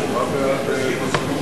היא קשורה,